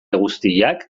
guztiak